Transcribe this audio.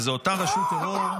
וזו אותה רשות טרור,